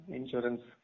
insurance